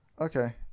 okay